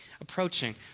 approaching